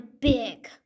big